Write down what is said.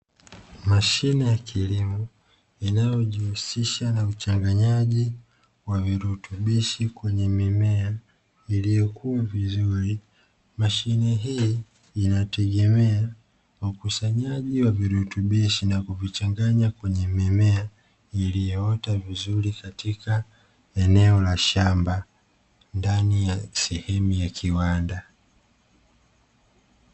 Mashine ya kilimo inayojihusisha na uchanganyaji wa virutubishi kwenye mimea iliyokuwa vizuri, mashine hii inategemea kwa mkusanyaji wa virutubishi na kuvichanganya kwenye mimea iliyoota vizuri, katika eneo la shamba ndani ya sehemu ya kiwanda.